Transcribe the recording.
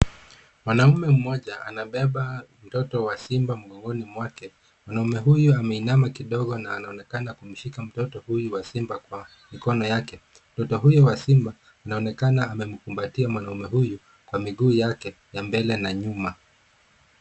Mwanaume mmoja anabeba mtoto wa simba mgongoni mwake. Mwanamume huyu ameinama kidogo na anaonekana kumshika mtoto huyu wa simba kwa mikono yake. Mtoto huyu wa simba, inaonekana amemkumbatia mwanaume huyu kwa miguu yake ya mbele na nyuma.